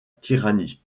tyrannie